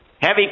heavy